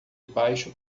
baixo